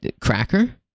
Cracker